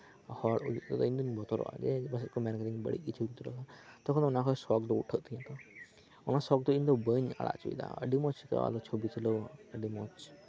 ᱦᱚᱲ ᱩᱫᱩᱜ ᱫᱚ ᱤᱧ ᱫᱚᱧ ᱵᱚᱛᱚᱨᱚᱼᱟ ᱡᱮ ᱯᱟᱥᱮᱪ ᱠᱚ ᱢᱮᱱ ᱤᱧ ᱵᱟᱹᱲᱤᱡᱜᱮ ᱪᱷᱚᱵᱤᱧ ᱛᱩᱞᱟᱹᱣ ᱮᱫᱟ ᱛᱚᱠᱷᱚᱱ ᱫᱚ ᱚᱱᱟᱠᱷᱚᱱ ᱥᱚᱠ ᱫᱚ ᱵᱟᱱᱩᱜ ᱟᱠᱟᱫ ᱛᱤᱧᱟᱹ ᱛᱚ ᱚᱱᱟ ᱥᱚᱠ ᱫᱚ ᱤᱧ ᱫᱚ ᱵᱟᱹᱧ ᱟᱲᱟᱜ ᱚᱪᱚᱭ ᱮᱫᱟ ᱟᱹᱰᱤ ᱢᱚᱸᱡᱽ ᱟᱹᱭᱠᱟᱹᱜᱼᱟ ᱟᱨᱚ ᱪᱷᱚᱵᱤ ᱛᱩᱞᱟᱹᱣ ᱟᱹᱰᱤ ᱢᱚᱸᱡᱽ